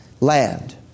land